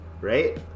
right